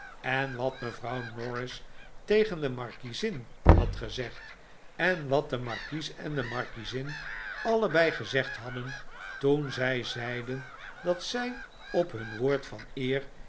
en wat mevrouw norris tegen de markiezin had gezegd en wat de markies en de markiezin allebei gezegd hadden toen zij zeiden dat zij op hun woord van eer